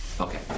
Okay